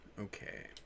Okay